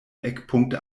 eckpunkte